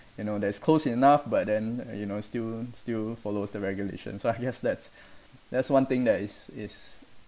you know that's close enough but then you know still still follows the regulation so I guess that's that's one thing that is is